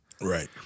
right